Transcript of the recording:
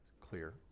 Clear